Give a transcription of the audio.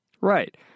Right